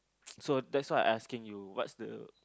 so that's why asking you what's the